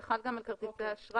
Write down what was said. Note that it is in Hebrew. זה חל גם על כרטיסי אשראי.